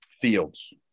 Fields